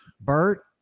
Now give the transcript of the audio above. Bert